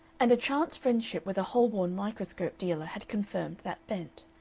and a chance friendship with a holborn microscope dealer had confirmed that bent.